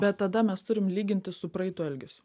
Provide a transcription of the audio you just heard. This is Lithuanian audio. bet tada mes turim lyginti su praeitu elgesiu